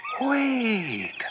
Wait